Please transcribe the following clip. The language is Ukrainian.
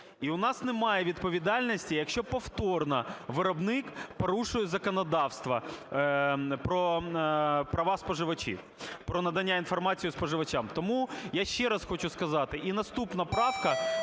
І у нас немає відповідальності, якщо повторно виробник порушує законодавство про права споживачів, про надання інформації споживачам. Тому я ще раз хочу сказати, і наступна правка